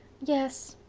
yes,